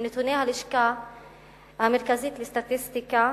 מנתוני הלשכה המרכזית לסטטיסטיקה